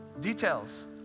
Details